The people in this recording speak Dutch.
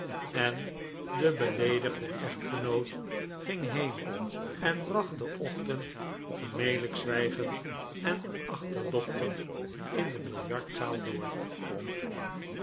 en de beleedigde echtgenoot ging heen en bracht den ochtend gemelijk zwijgend en achterdochtig in de biljartzaal door